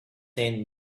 sent